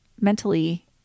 mentally